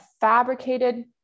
fabricated